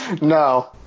no